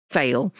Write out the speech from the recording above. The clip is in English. fail